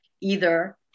Either-